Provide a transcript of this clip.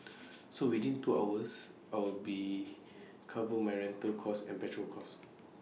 so within two hours I will be cover my rental cost and petrol cost